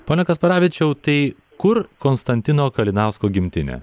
pone kasparavičiau tai kur konstantino kalinausko gimtinė